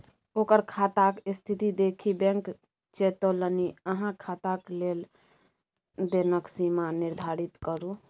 ओकर खाताक स्थिती देखि बैंक चेतोलनि अहाँ खाताक लेन देनक सीमा निर्धारित करू